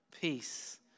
peace